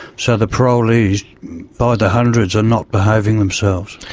so the parolees by the hundreds are not behaving themselves.